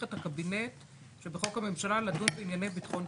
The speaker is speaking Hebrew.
את הקבינט שבחוק הממשלה לדון בענייני ביטחון פנים.